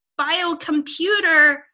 biocomputer